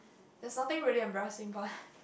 there's nothing really embarrassing but